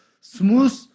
smooth